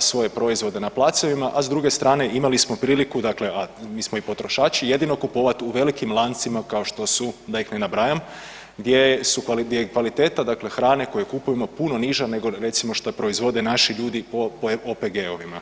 svoje proizvode na placevima, a s druge strane imali smo priliku dakle, a mi smo i potrošači, jedino kupovat u velikim lancima kao što su, da ih ne nabrajam, gdje je kvaliteta dakle hrane koju kupujemo puno niža nego recimo šta proizvode naši ljudi u OPG-ovima?